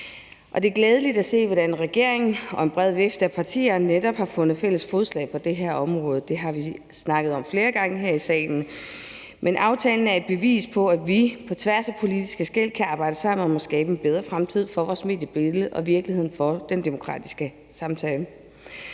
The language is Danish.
Og det er glædeligt at se, hvordan regeringen og en bred vifte af partier netop har fundet fælles fodslag på det område. Det har vi snakket om flere gange her i salen. Men aftalen er et bevis på, at vi på tværs af politiske skel kan arbejde sammen om at skabe en bedre fremtid for vores mediebillede og i virkeligheden for den demokratiske samtale.